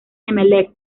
emelec